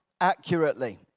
accurately